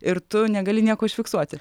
ir tu negali nieko užfiksuoti